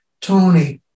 Tony